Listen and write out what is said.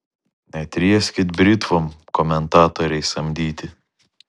netrieskit britvom komentatoriai samdyti